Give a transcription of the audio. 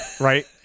right